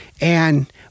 and-